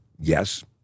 Yes